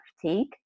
fatigue